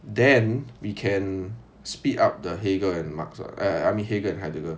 then we can speed up the heger and marx ah I mean heger and heidegger